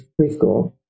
preschool